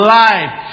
life